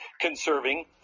conserving